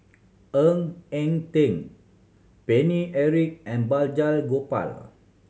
Ng Eng Teng Paine Eric and Balraj Gopal